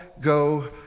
go